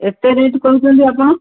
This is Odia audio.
ଏତେ ରେଟ୍ କହୁଛନ୍ତି ଆପଣ